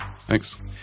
Thanks